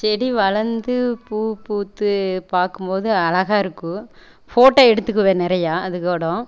செடி வளர்ந்து பூ பூத்து பார்க்கும்போது அழகாயிருக்கும் ஃபோட்டோ எடுத்துக்குவேன் நிறையா அது கூடும்